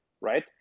right